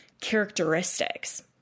characteristics